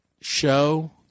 show